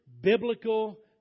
biblical